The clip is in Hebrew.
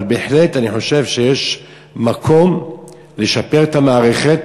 אבל בהחלט, אני חושב שיש מקום לשפר את המערכת.